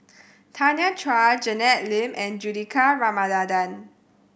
Tanya Chua Janet Lim and Juthika Ramanathan